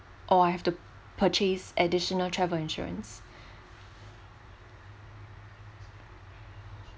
or I have to purchase additional travel insurance